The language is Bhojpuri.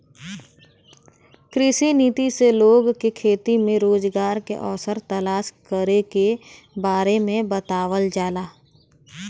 कृषि नीति से लोग के खेती में रोजगार के अवसर तलाश करे के बारे में बतावल जाला